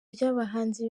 ry’abahanzi